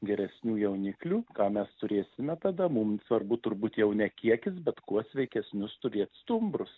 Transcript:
geresnių jauniklių ką mes turėsime tada mums svarbu turbūt jau ne kiekis bet kuo sveikesnius turėt stumbrus